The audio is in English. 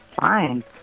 Fine